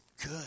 good